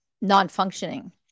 non-functioning